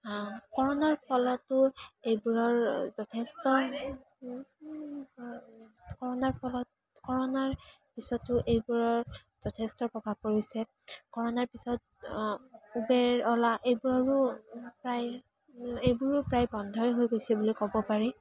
কৰোণাৰ ফলতো এইবোৰৰ যথেষ্ট কৰোণাৰ ফলত কৰোণাৰ পিছতো এইবোৰৰ যথেষ্ট প্ৰভাৱ পৰিছে কৰোণাৰ পিছত উবেৰ অ'লা এইবোৰৰো প্ৰায় এইবোৰো প্ৰায় বন্ধই হৈ গৈছিল বুলি ক'ব পাৰি